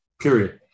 period